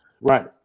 Right